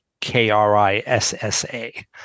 K-R-I-S-S-A